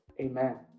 Amen